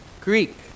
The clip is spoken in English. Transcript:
Greek